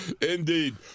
Indeed